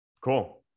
Cool